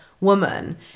woman